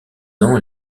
ans